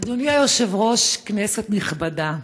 אדוני היושב-ראש, כנסת נכבדה,